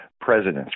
presidents